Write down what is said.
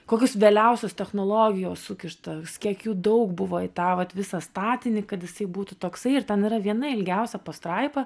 kokius vėliausios technologijos sukišta kiek jų daug buvo į tą vat visą statinį kad jisai būtų toksai ir ten yra viena ilgiausia pastraipa